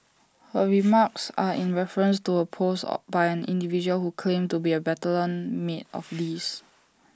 her remarks are in reference to A post by an individual who claimed to be A battalion mate of Lee's